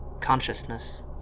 consciousness